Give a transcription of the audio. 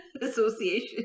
association